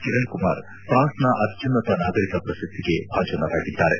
ಕಿರಣ್ಕುಮಾರ್ ಫ್ರಾನ್ಸ್ನ ಅತ್ಯುನ್ನತ ನಾಗರಿಕ ಪ್ರಶಸ್ತಿಗೆ ಭಾಜನರಾಗಿದ್ದಾರೆ